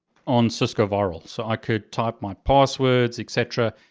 on cisco virl. so i could type my passwords, etc.